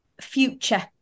Future